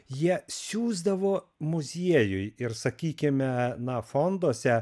jie siųsdavo muziejui ir sakykime na fonduose